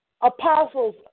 apostles